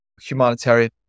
humanitarian